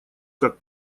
как